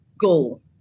goal